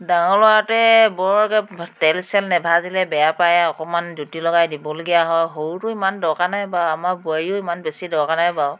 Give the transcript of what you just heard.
ডাঙৰ ল'ৰাটোৱে বৰকৈ তেল চেল নাভাজিলে বেয়া পায় অকণমান জুতি লগাই দিবলগীয়া হয় সৰুটো ইমান দৰকাৰ নাই বা আমাৰ বোৱাৰীও ইমান বেছি দৰকাৰ নাই বাৰু